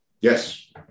Yes